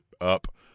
up